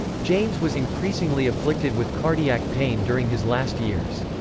james was increasingly afflicted with cardiac pain during his last years.